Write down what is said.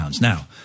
Now